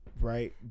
right